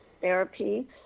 therapy